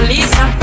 Lisa